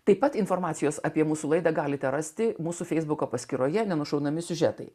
taip pat informacijos apie mūsų laidą galite rasti mūsų feisbuko paskyroje nenušaunami siužetai